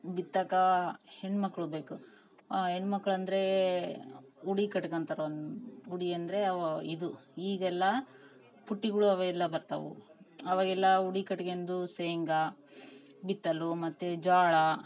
ಬಿತ್ತೋಕಾ ಹೆಣ್ಣುಮಕ್ಳು ಬೇಕು ಹೆಣ್ಮಕ್ಳ್ ಅಂದರೆ ಉಡಿ ಕಟ್ಕೋತಾರ್ ಒಂದು ಉಡಿ ಅಂದರೆ ಅವ ಇದು ಈಗೆಲ್ಲಾ ಪುಟ್ಟಿಗಳ್ ಅವೆಲ್ಲ ಬರ್ತಾವು ಅವಾಗೆಲ್ಲ ಉಡಿ ಕಟ್ಕೊಂಡು ಶೇಂಗಾ ಬಿತ್ತಲು ಮತ್ತು ಜೋಳ